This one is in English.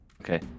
Okay